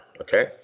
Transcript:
okay